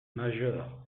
majeur